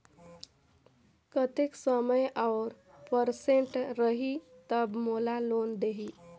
कतेक समय और परसेंट रही तब मोला लोन देही?